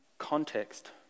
context